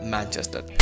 Manchester